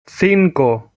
cinco